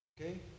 Okay